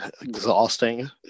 exhausting